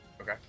Okay